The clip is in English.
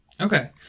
okay